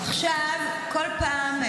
עכשיו כל פעם,